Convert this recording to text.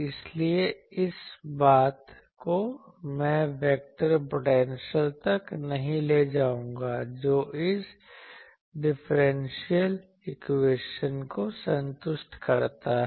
इसलिए यह इस बात को मैं वेक्टर पोटेंशियल तक नहीं ले जाऊंगा जो इस डिफरेंशियल इक्वेशन को संतुष्ट करता है